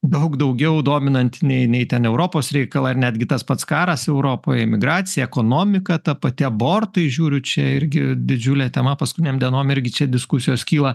daug daugiau dominanti nei nei ten europos reikalai ar netgi tas pats karas europoj imigracija ekonomika ta pati abortai žiūriu čia irgi didžiulė tema paskutinėm dienom irgi čia diskusijos kyla